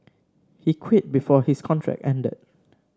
he quit before his contract ended